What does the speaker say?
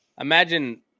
imagine